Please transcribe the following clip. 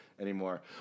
anymore